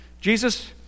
Jesus